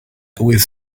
always